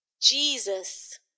Jesus